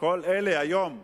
וכל אלה היום,